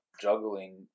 juggling